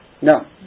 no